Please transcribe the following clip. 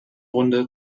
runde